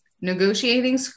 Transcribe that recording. negotiating